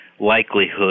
likelihood